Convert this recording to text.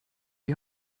die